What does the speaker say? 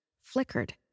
flickered